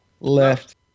Left